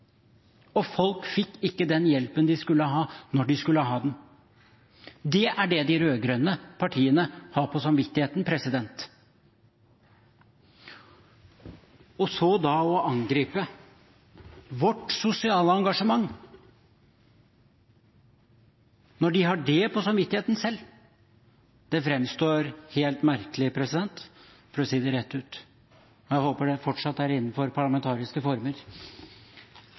Riksrevisjonen. Folk fikk ikke den hjelpen de skulle ha, når de skulle ha den. Det er det de rød-grønne partiene har på samvittigheten. Så angriper de vårt sosiale engasjement når de har dette på samvittigheten selv! Det framstår helt merkelig, for å si det rett ut. Jeg håper jeg fortsatt er innenfor parlamentariske former.